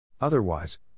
Otherwise